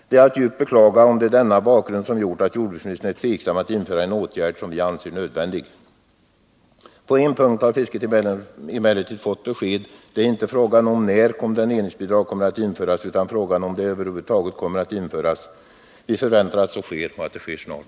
Det är att djupt beklaga om det är denna bakgrund som gjort att jordbruksministern är tveksam att införa en åtgärd som vi anser nödvändig. På en punkt har fisket emellertid fått besked. Det är inte fråga om när kondemneringsbidrag kommer att införas utan om det över huvud taget kommer att införas. Vi förväntar att så sker och att det sker snart.